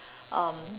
um